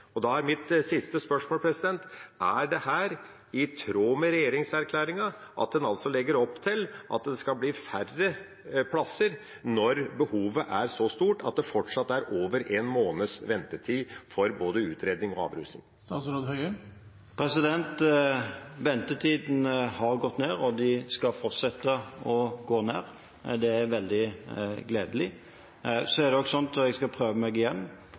Da er mitt siste spørsmål: Er det i tråd med regjeringserklæringen at en legger opp til at det skal bli færre plasser når behovet er så stort at det fortsatt er over én måneds ventetid for både utredning og avrusning? Ventetiden har gått ned og skal fortsette å gå ned, og det er veldig gledelig. Så er det også slik – jeg skal prøve meg igjen